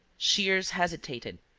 shears hesitated,